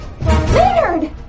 Leonard